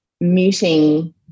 muting